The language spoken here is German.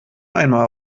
einmal